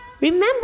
Remember